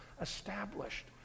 established